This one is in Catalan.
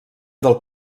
del